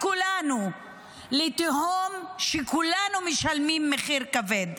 כולנו לתהום כשכולנו משלמים מחיר כבד.